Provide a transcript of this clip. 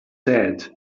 sad